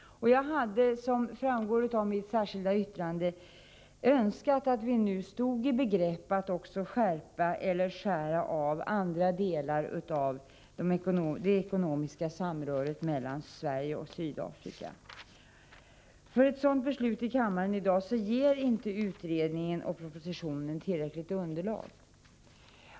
Jag hade, som framgår av mitt särskilda yttrande, önskat att vi nu stod i begrepp att också skärpa vår hållning och skära av andra delar av det ekonomiska samröret mellan Sverige och Sydafrika. För ett sådant beslut i kammaren i dag ger emellertid inte utredningen och propositionen tillräckligt underlag.